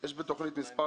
יש בתכנית מספר